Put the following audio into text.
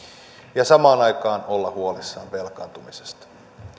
ja samaan aikaan olla huolissaan velkaantumisesta